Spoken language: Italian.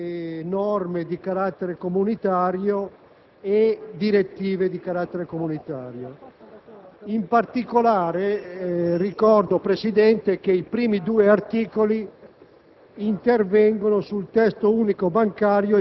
per recepire alcune norme e direttive di carattere comunitario. In particolare ricordo, Presidente, che i primi due articoli